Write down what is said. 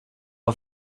auf